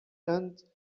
end